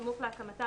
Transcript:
בסמוך להקמתה,